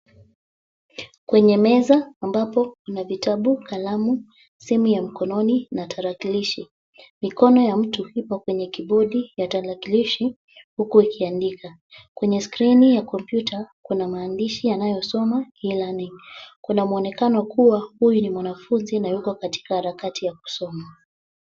Kwenye meza ambapo kuna vitabu, kalamu, simu ya mkononi na tarakilishi. Mikono ya mtu ipo kwenye kibodi ya tarakilishi huku ikiandika. Kwenye skrini ya kompyuta kuna maandishi yanayosoma e-learning . Kuna mwonekano kuwa huyu ni mwanafunzi na yuko katika harakati ya kusoma.